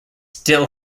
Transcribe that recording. still